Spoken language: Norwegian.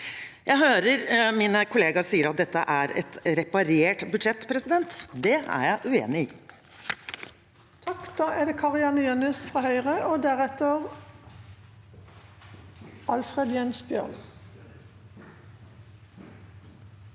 Jeg hører at mine kollegaer sier dette er et reparert budsjett. Det er jeg uenig i.